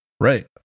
Right